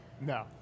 No